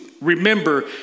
Remember